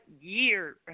year